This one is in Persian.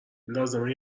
لازمه